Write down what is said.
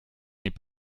n’est